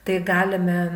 tai galime